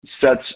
sets